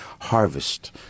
harvest